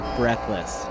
breathless